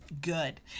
good